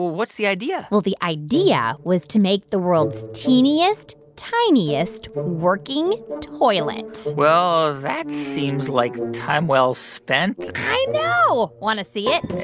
what's the idea? well, the idea was to make the world teeniest, tiniest working toilet well, that seems like time well spent i know. want to see it?